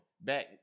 back